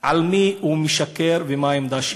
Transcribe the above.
למי הוא משקר ומה העמדה שלו.